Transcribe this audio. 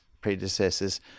predecessor's